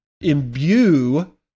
imbue